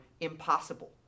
impossible